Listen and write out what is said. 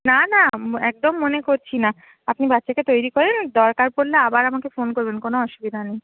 না না একদম মনে করছি না আপনি বাচ্চাকে তৈরি করুন দরকার পড়লে আবার আমাকে ফোন করবেন কোনো অসুবিধা নেই